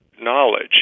knowledge